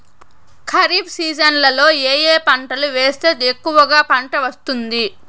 ఖరీఫ్ సీజన్లలో ఏ ఏ పంటలు వేస్తే ఎక్కువగా పంట వస్తుంది?